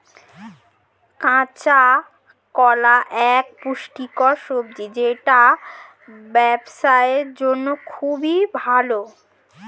কাঁচা কলা এক পুষ্টিকর সবজি যেটা স্বাস্থ্যের জন্যে খুব ভালো